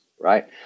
right